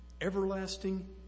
everlasting